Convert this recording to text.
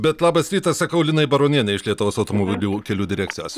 bet labas rytas sakau linai baronienei iš lietuvos automobilių kelių direkcijos